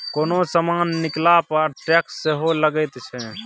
कोनो समान कीनला पर टैक्स सेहो लगैत छै